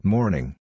Morning